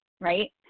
right